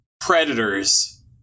predators